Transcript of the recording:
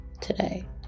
today